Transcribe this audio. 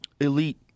elite